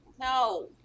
no